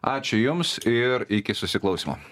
ačiū jums ir iki susiklausymo